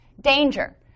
Danger